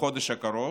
בחודש הקרוב,